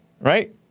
right